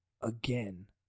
Again